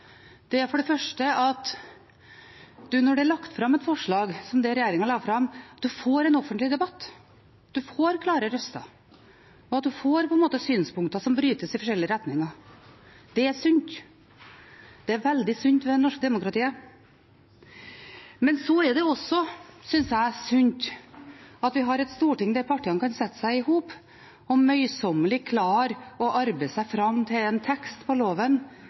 det norske demokratiet, er for det første at en når det er lagt fram et forslag som det regjeringen la fram, får en offentlig debatt – at en får klare røster, og at en får synspunkter som brytes i forskjellige retninger. Det er noe som er veldig sunt ved det norske demokratiet. Det er også, synes jeg, sunt at vi har et storting der partiene kan sette seg sammen og møysommelig klare å arbeide seg fram til en tekst på loven